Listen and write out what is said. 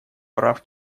прав